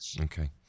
Okay